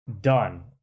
Done